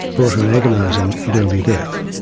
brought her agonising and early death.